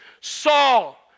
Saul